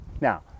Now